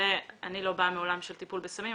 אני לא באה מהעולם של טיפול בסמים,